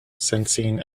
sensing